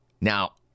Now